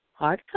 hardcover